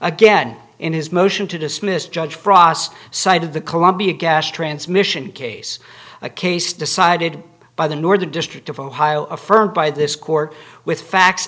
again in his motion to dismiss judge frost side of the columbia gas transmission case a case decided by the northern district of ohio affirmed by this court with facts